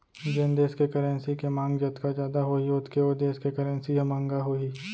जेन देस के करेंसी के मांग जतका जादा होही ओतके ओ देस के करेंसी ह महंगा होही